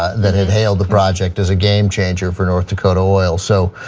that it hailed the project as a game changer for north dakota oil. so,